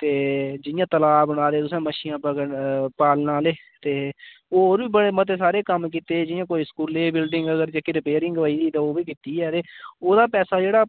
ते जि'यां तलाऽ बनाए दे तुसें मच्छियां पकड़ने पालने आह्ले ते होर बी बड़े मते सारे कम्म कीते दे जि'यां कोई स्कूलै बिल्डिंग अगर जेह्की रिपेरिंग होई ते ओह्बी कीती ऐ ते ओह्दा पैसा जेह्ड़ा